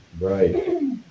Right